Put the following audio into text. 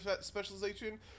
specialization